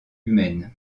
humaines